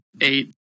Eight